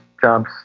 jobs